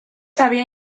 había